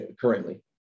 currently